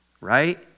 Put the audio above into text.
Right